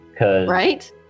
Right